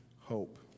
hope